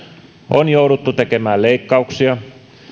on jouduttu tekemään leikkauksia